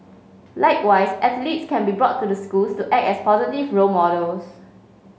likewise athletes can also brought to the schools to act as positive role models